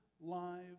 live